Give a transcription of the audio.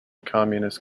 communist